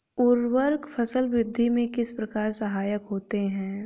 उर्वरक फसल वृद्धि में किस प्रकार सहायक होते हैं?